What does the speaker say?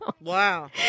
Wow